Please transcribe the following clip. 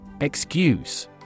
EXCUSE